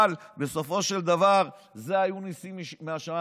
אבל בסופו של דבר, אלה היו ניסים מהשמיים.